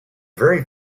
very